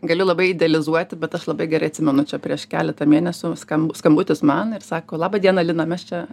galiu labai idealizuoti bet aš labai gerai atsimenu čia prieš keletą mėnesių skamb skambutis man ir sako laba diena lina mes čia